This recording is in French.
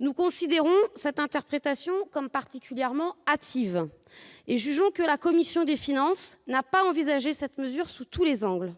Nous considérons cette interprétation comme particulièrement hâtive et jugeons que la commission des finances n'a pas envisagé la mesure sous tous les angles.